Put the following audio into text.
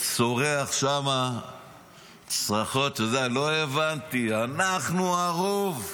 וצורח שמה צרחות, את זה אני לא הבנתי: אנחנו הרוב,